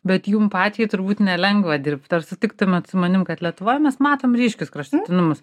bet jum pačiai turbūt nelengva dirbt ar sutiktumėt su manim kad lietuvoj mes matom ryškius kraštutinumus